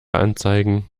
anzeigen